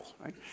right